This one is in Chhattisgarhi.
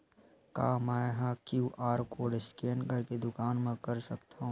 का मैं ह क्यू.आर कोड स्कैन करके दुकान मा कर सकथव?